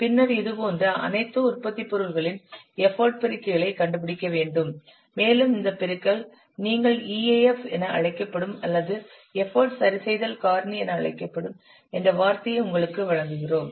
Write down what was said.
பின்னர் இதுபோன்ற அனைத்து உற்பத்திப் பொருள்களின் எஃபர்ட் பெருக்கிகளை கண்டுபிடிக்க வேண்டும் மேலும் இந்த பெருக்கல் நீங்கள் EAF என அழைக்கப்படும் அல்லது எஃபர்ட் சரி செய்தல் காரணி என அழைக்கப்படும் என்ற வார்த்தையை உங்களுக்கு வழங்குகிறோம்